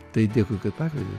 tai dėkui kad pakvietei